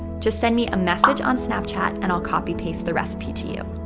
just send me a message on snapchat and i'll copy paste the recipe to you.